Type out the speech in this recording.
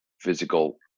physical